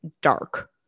dark